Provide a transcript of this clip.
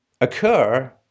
occur